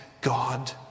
God